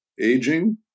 aging